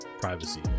privacy